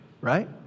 Right